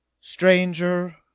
Stranger